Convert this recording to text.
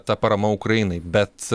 ta parama ukrainai bet